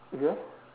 you eh